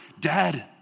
dead